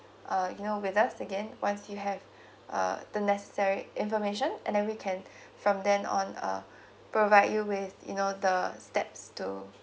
uh you know with us again once you have uh the necessary information and then we can from then on uh provide you with you know the steps to